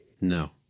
No